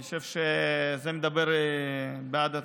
אני חושב שזה מדבר בעד עצמו.